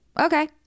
okay